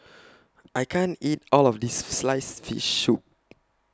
I can't eat All of This Sliced Fish Soup